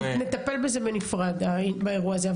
נטפל בזה בנפרד, באירוע הזה.